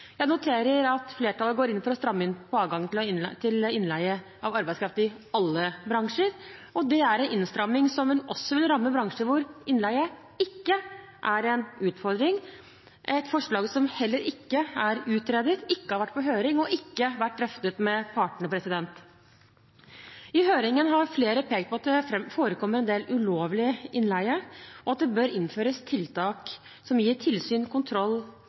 Jeg noterer at flertallet går inn for å stramme inn på adgangen til innleie av arbeidskraft i alle bransjer. Det er en innstramming som også vil ramme bransjer hvor innleie ikke er en utfordring – et forslag som heller ikke er utredet, ikke har vært på høring og ikke vært drøftet med partene. I høringen har flere pekt på at det forekommer en del ulovlig innleie, og at det bør innføres tiltak som gir tilsyn, kontroll